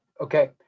okay